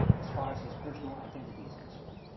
as far as his personal identity is concerned.